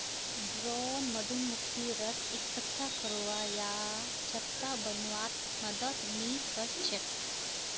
drone मधुमक्खी रस इक्कठा करवा या छत्ता बनव्वात मदद नइ कर छेक